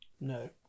no